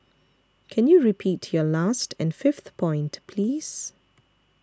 can you repeat your last and fifth point please